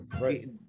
right